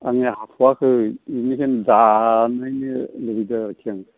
आंनिया हाथ'आखै बेनिखायनो जानायनो लुबैदों आरोखि आं